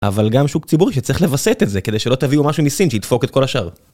אבל גם שוק ציבורי שצריך לווסט את זה כדי שלא תביאו משהו מסין שידפוק את כל השאר.